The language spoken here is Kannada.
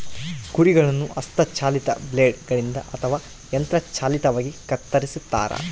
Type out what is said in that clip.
ಕುರಿಗಳನ್ನು ಹಸ್ತ ಚಾಲಿತ ಬ್ಲೇಡ್ ಗಳಿಂದ ಅಥವಾ ಯಂತ್ರ ಚಾಲಿತವಾಗಿ ಕತ್ತರಿಸ್ತಾರ